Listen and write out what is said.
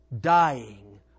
dying